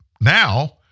now